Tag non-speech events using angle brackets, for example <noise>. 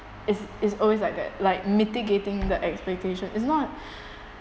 it's it's always like that like mitigating the expectation it's not <breath>